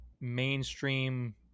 mainstream